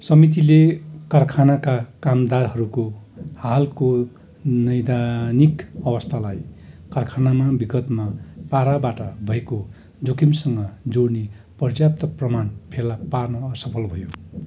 समितिले कारखानाका कामदारहरूको हालको नैदानिक अवस्थालाई कारखानामा विगतमा पाराबाट भएको जोखिमसँग जोड्ने पर्याप्त प्रमाण फेला पार्न असफल भयो